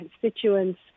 constituents